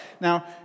Now